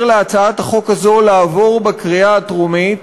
להצעת החוק הזאת לעבור בקריאה הטרומית.